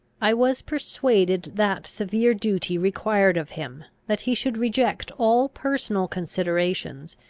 i was persuaded that severe duty required of him, that he should reject all personal considerations,